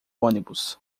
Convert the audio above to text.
ônibus